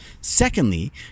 Secondly